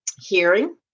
hearing